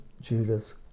Judas